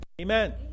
Amen